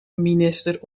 minister